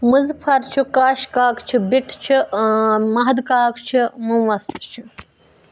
مُظفر چھُ کاش کاک چھُ بِٹہٕ چھُ مہدٕ کاک چھُ مومہٕ وستہٕ چھُ